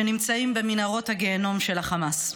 שנמצאים במנהרות הגיהינום של חמאס.